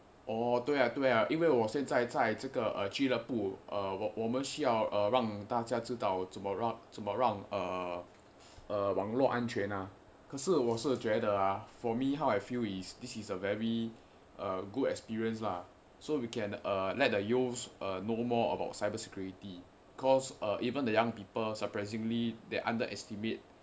哦对啊对啊因为我现在在这个俱乐部我们需要呃让大家知道怎么让怎么让网络安全啊可是我是觉得:o dui a dui a yin wei wo xian zai zai zhe ge ju le bu wo men xu yao eai rang da jia zhi dao zen me rang zen me rang wang luo an quan a ke shi wo shi jue de for me how I feel is this is a very uh good experience lah so we can uh let the youths are know more about cybersecurity cause uh even the young people surprisingly they underestimate